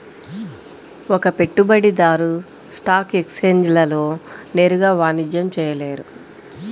ఒక పెట్టుబడిదారు స్టాక్ ఎక్స్ఛేంజ్లలో నేరుగా వాణిజ్యం చేయలేరు